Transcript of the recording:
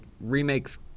remakes